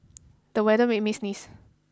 the weather made me sneeze